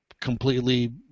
completely